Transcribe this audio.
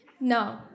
No